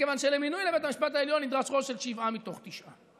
מכיוון שלמינוי לבית המשפט העליון נדרש רוב של שבעה מתוך תשעה?